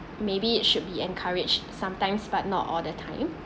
maybe it should be encouraged sometimes but not all the time